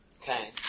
Okay